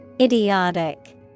Idiotic